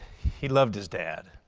he loved his dad.